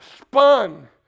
spun